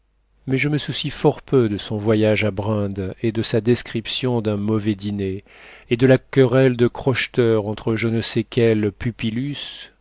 mais je me soucie fort peu de son voyage à brindes et de sa description d'un mauvais dîner et de la querelle de crocheteurs entre je